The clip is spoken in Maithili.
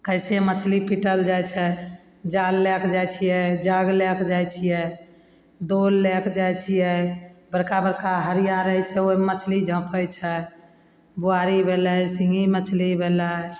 कैसे मछली पीटल जाय छै जाल लए कऽ जाय छियै जाग लए कऽ जाय छियै दोल लए कऽ जाय छियै बड़का बड़का हरिया रहय छै ओइमे मछली झाँपय छै बुआरी भेलय सिङ्घी मछली भेलय